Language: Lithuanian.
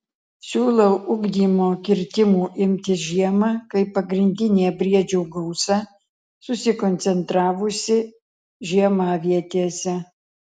siūlau ugdymo kirtimų imtis žiemą kai pagrindinė briedžių gausa susikoncentravusi žiemavietėse